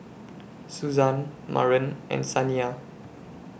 Suzan Maren and Saniya